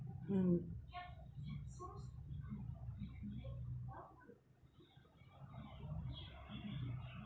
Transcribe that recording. mm